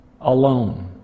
alone